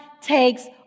takes